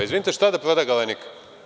Izvinite, šta da prodaje „Galenika“